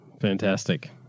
fantastic